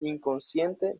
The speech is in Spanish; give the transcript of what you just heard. inconsciente